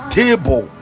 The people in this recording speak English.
table